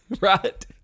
Right